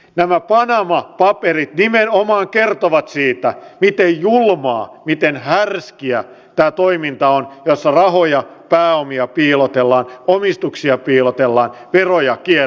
nämä panama paperit nimenomaan kertovat siitä miten julmaa miten härskiä tämä toiminta on jossa rahoja pääomia piilotellaan omistuksia piilotellaan veroja kierretään